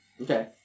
Okay